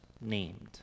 named